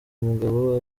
mugabo